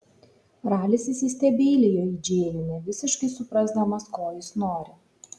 ralis įsistebeilijo į džėjų nevisiškai suprasdamas ko jis nori